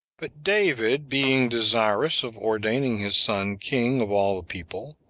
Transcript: but david, being desirous of ordaining his son king of all the people,